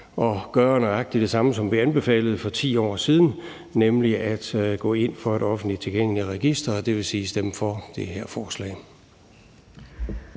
at gøre nøjagtig det samme, som vi anbefalede for 10 år siden, nemlig at gå ind for et offentligt tilgængeligt register og det vil sige stemme for det her forslag.